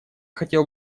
хотел